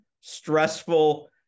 stressful